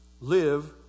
Live